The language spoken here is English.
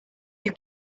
you